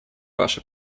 ваше